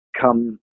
come